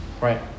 Right